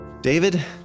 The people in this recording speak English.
David